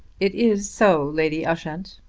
it is so, lady ushant.